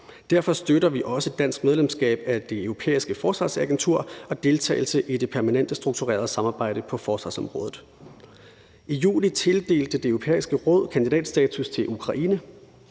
Derfor støtter vi også dansk medlemskab af Det Europæiske Forsvarsagentur og deltagelse i Det Permanente Strukturerede Samarbejde på forsvarsområdet. I juni tildelte Det Europæiske Råd kandidatstatus til Ukraine.